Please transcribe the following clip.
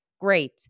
great